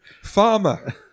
Farmer